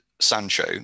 Sancho